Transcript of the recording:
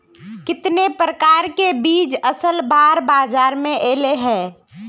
कितने प्रकार के बीज असल बार बाजार में ऐले है?